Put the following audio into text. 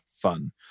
fun